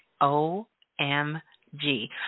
O-M-G